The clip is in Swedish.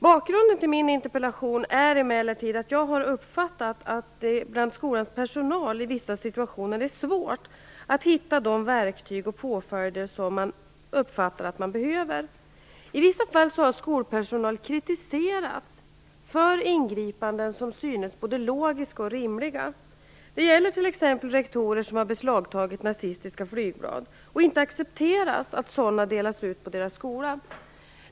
Bakgrunden till min interpellation är emellertid att jag har uppfattat att det bland skolans personal i vissa situationer är svårt att hitta de verktyg och påföljder som man uppfattar att man behöver. I vissa fall har skolpersonal kritiserats för ingripanden som synes både logiska och rimliga. Det gäller t.ex. rektorer som har beslagtagit nazistiska flygblad och som inte accepterar att sådana delas ut på deras skola.